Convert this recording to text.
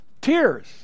tears